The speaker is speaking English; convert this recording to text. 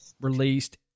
released